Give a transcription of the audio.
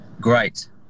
Great